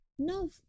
No